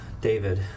David